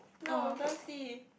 no don't see